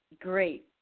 great